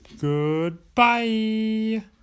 Goodbye